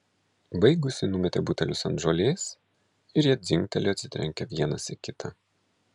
baigusi numetė butelius ant žolės ir jie dzingtelėjo atsitrenkę vienas į kitą